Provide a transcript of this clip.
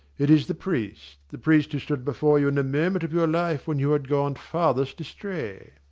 it is the priest the priest who stood before you in the moment of your life when you had gone farthest astray.